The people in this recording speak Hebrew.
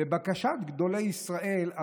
לבקשת גדולי ישראל,